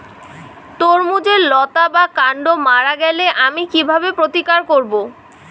তরমুজের লতা বা কান্ড মারা গেলে আমি কীভাবে প্রতিকার করব?